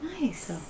Nice